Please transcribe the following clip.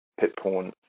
Pitporn